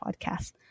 podcast